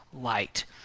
light